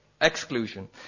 exclusion